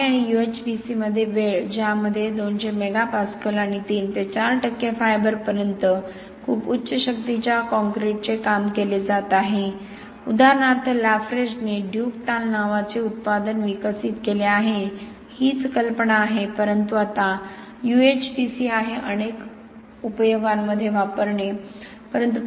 रांगणे आणि UHPC मध्ये वेळ ज्यामध्ये 200 मेगापास्कल आणि 3 ते 4 टक्के फायबर पर्यंत खूप उच्च शक्तीच्या काँक्रीटचे काम केले जात आहे उदाहरणार्थ Lafarge ने ड्यूक ताल नावाचे उत्पादन विकसित केले आहे हीच कल्पना आहे परंतु आता UHPC आहे अनेक अनुप्रयोगांमध्ये वापरणे